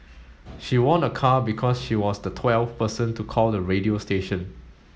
she won a car because she was the twelfth person to call the radio station